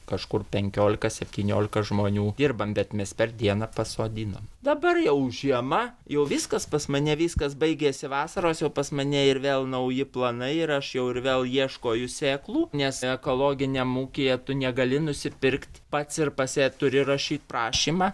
kažkur penkiolika septyniolika žmonių dirbam bet mes per dieną pasodinam dabar jau žiema jau viskas pas mane viskas baigėsi vasaros jau pas mane ir vėl nauji planai ir aš jau ir vėl ieškau jų sėklų nes ekologiniam ūkyje tu negali nusipirkt pats ir pasėt turi rašyt prašymą